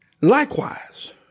Likewise